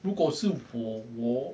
如果是我我